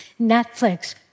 Netflix